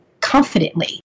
confidently